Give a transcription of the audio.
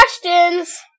questions